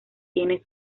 tienen